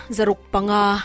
Zarukpanga